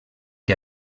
que